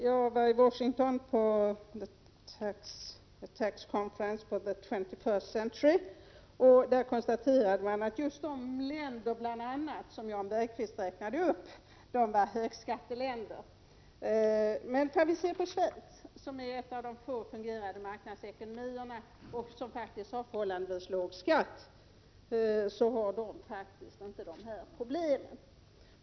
Jag var i Washington på konferensen Tax Policy for the 21st Century. Där konstaterade man att bl.a. just de länder som Jan Bergqvist räknade upp var högskatteländer. Men Schweiz, som har en av de få fungerande marknadsekonomierna och som har förhållandevis låg skatt, har faktiskt inte de här problemen med naturaförmånsbeskattning.